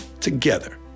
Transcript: together